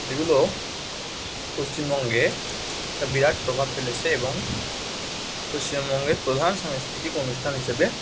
এগুলো পশ্চিমবঙ্গে একটা বিরাট প্রভাব ফেলেছে এবং পশ্চিমবঙ্গের প্রধান সাংস্কৃতিক অনুষ্ঠান হিসেবে